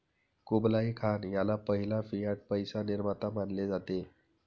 Kublai Khan ह्याला पहिला fiat पैसा निर्माता मानले जाते